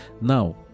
Now